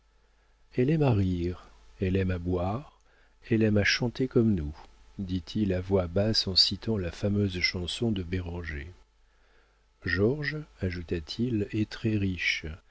elle aime à rire elle aime à boire elle aime à chanter comme nous dit-il à voix basse en citant la fameuse chanson de béranger georges ajouta-t-il est très riche